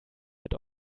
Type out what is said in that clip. mit